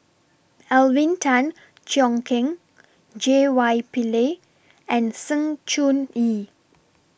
Alvin Tan Cheong Kheng J Y Pillay and Sng Choon Yee